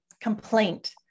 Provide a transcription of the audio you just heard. complaint